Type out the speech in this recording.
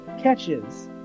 catches